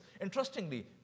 Interestingly